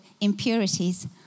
impurities